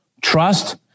Trust